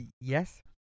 Yes